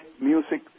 music